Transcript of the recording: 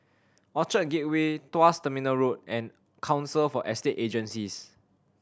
Orchard Gateway Tuas Terminal Road and Council for Estate Agencies